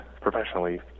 professionally